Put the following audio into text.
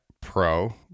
pro